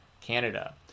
Canada